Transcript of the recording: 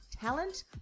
talent